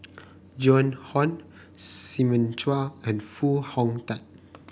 Joan Hon Simon Chua and Foo Hong Tatt